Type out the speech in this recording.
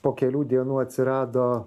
po kelių dienų atsirado